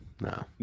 No